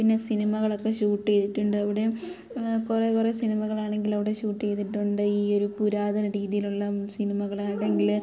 പിന്നെ സിനിമകളൊക്കെ ഷൂട്ടെയ്തിട്ടുണ്ട് അവിടേം കുറെ കുറെ സിനിമകളാണെങ്കിൽ അവിടെ ഷൂട്ടെയ്തിട്ടൊണ്ട് ഈ ഒരു പുരാതന രീതിയിലുള്ള സിനിമകൾ അല്ലെങ്കിൽ